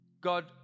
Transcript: God